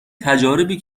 تجاربی